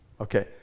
Okay